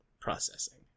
Processing